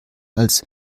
als